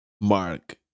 mark